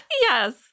yes